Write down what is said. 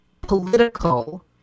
political